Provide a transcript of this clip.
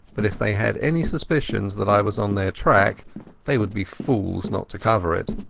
but if they had any suspicions that i was on their track they would be fools not to cover it.